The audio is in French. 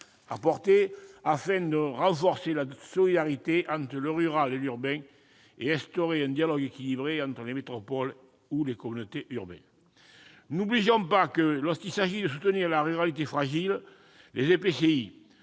apportées, afin de renforcer la solidarité entre le rural et l'urbain et d'instaurer un dialogue équilibré avec les métropoles ou les communautés urbaines. Ne l'oublions pas, lorsqu'il s'agit de soutenir la ruralité fragile, les EPCI